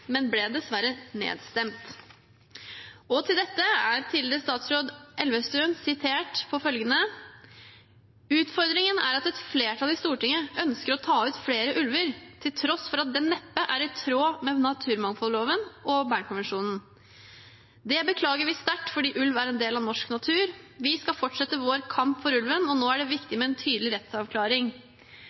men ble dessverre nedstemt.» Til dette er tidligere statsråd Elvestuen sitert på følgende: «Utfordringen er at et flertall i Stortinget ønsker å ta ut flere ulver, til tross for at det neppe er i tråd med Naturmangfoldloven og Bernkonvensjonen. Det beklager vi sterkt, fordi ulv er en del av norsk natur. Vi skal fortsette vår kamp for ulven, og nå er det viktig med en tydelig rettsavklaring.»